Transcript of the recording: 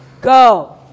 go